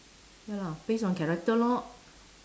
ya lah base on character lor